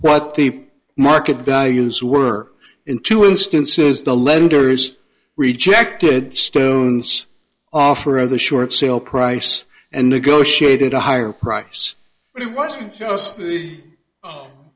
what the market values were in two instances the lenders rejected stone's offer of the short sale price and negotiated a higher price but it wasn't just the